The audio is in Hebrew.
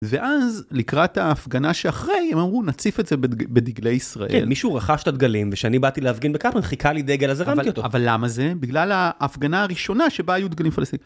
ואז לקראת ההפגנה שאחרי, הם אמרו נציף את זה בדגלי ישראל. כן, מישהו רכש את הדגלים, וכשאני באתי להפגין בקפלן חיכה לי דגל, אז הרמתי אותו. אבל למה זה? בגלל ההפגנה הראשונה שבה היו דגלי פלסטין.